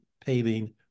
paving